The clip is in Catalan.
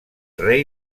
rei